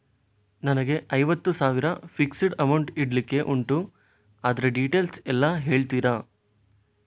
ನನಗೆ ಐವತ್ತು ಸಾವಿರ ಫಿಕ್ಸೆಡ್ ಅಮೌಂಟ್ ಇಡ್ಲಿಕ್ಕೆ ಉಂಟು ಅದ್ರ ಡೀಟೇಲ್ಸ್ ಎಲ್ಲಾ ಹೇಳ್ತೀರಾ?